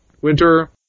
winter